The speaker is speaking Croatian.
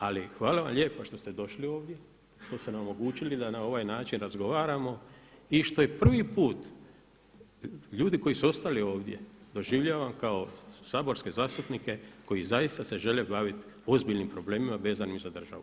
Ali hvala vam lijepa što ste došli ovdje, što ste nam omogućili da na ovaj način razgovaramo i što i prvi put ljudi koji su ostali ovdje doživljavam kao saborske zastupnike koji zaista se žele baviti ozbiljnim problemima vezanim za državu.